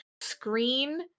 screen